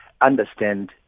understand